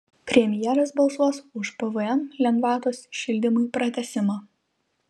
premjeras balsuos už pvm lengvatos šildymui pratęsimą